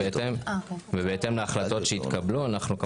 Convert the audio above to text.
ובהתאם להחלטות שיתקבלו אנחנו נעדכן